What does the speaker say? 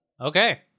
okay